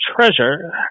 treasure